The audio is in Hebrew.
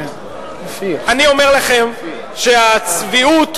אני אומר לכם שהצביעות,